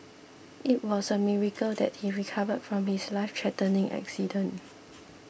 it was a miracle that he recovered from his lifethreatening accident